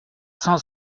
cent